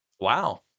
Wow